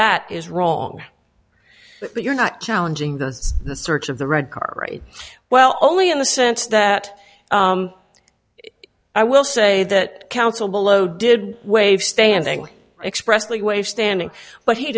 that is wrong but you're not challenging the search of the red car right well only in the sense that i will say that counsel below did waive standing expressly waive standing but he